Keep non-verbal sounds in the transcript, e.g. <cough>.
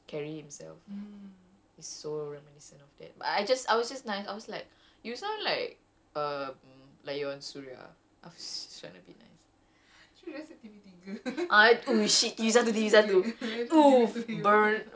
macam the perangai and cara dia cakap and cara dia like um <noise> carry himself is so reminiscent of that I just I was just nice I was like you sound like um I was just trying to be nice